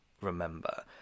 remember